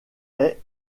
est